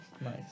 Nice